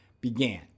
began